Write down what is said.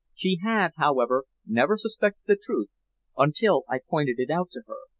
she had, however, never suspected the truth until i pointed it out to her.